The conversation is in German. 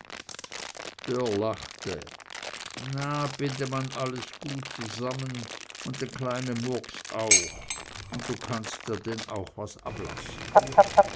lachte na binde man alles gut zusammen und den kleinen murks auch und du kannst ja denn auch was ablassen